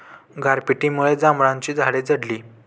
गारपिटीमुळे जांभळाची झाडे झडली